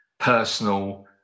personal